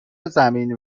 زمین